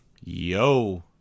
Yo